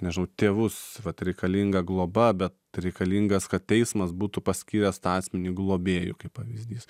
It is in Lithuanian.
nežinau tėvus vat reikalinga globa bet reikalingas kad teismas būtų paskyręs tą asmenį globėju kaip pavyzdys